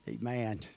Amen